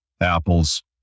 apples